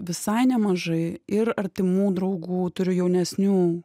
visai nemažai ir artimų draugų turiu jaunesnių